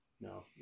No